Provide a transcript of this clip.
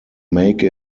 make